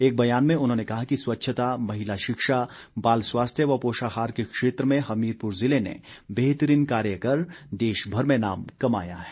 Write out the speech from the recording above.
एक बयान में उन्होंने कहा कि स्वच्छता महिला शिक्षा बाल स्वास्थ्य व पोषाहार के क्षेत्र में हमीरपुर ज़िले ने बेहतरीन कार्य कर देशमर में नाम कमाया है